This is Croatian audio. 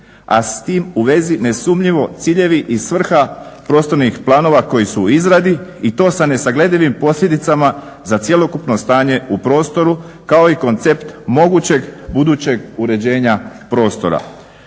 a s tim u vezi nesumnjivo ciljevi i svrha prostornih planova koji su u izradi i to sa nesagledivim posljedicama za cjelokupno stanje u prostoru kao i koncept mogućeg budućeg uređenja prostora.